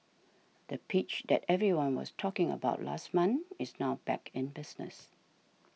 the pitch that everyone was talking about last month is now back in business